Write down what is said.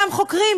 ששם חוקרים,